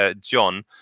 John